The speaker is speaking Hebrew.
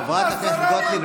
חברת הכנסת גוטליב,